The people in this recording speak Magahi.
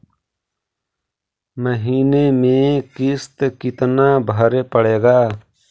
महीने में किस्त कितना भरें पड़ेगा?